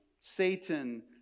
Satan